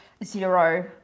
zero